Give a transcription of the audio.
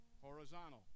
Horizontal